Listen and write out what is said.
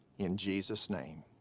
in jesus' name.